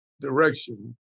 direction